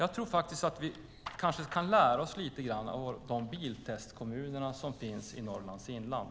Jag tror faktiskt att vi kanske kan lära oss lite av de biltestkommunerna som finns i Norrlands inland.